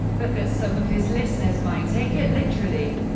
but that some of his listeners might take it literally.